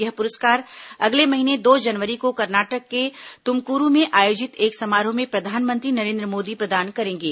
यह प्रस्कार अगले महीने दो जनवरी को कर्नाटक के तुमकूरू में आयोजित एक समारोह में प्रधानमंत्री नरेन्द्र मोदी प्रदान करेंगे